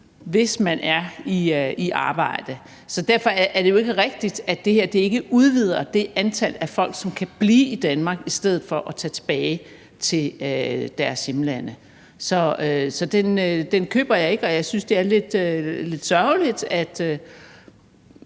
hvis man er i arbejde. Så derfor er det jo ikke rigtigt, at det her ikke udvider det antal af folk, som kan blive i Danmark i stedet for at tage tilbage til deres hjemlande. Så den køber jeg ikke, og jeg synes, det er lidt sørgeligt, at